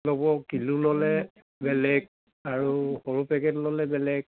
ল'ব কিলো ল'লে বেলেগ আৰু সৰু পেকেট ল'লে বেলেগ